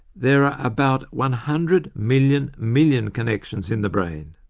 there are about one hundred million million connections in the brain!